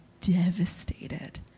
devastated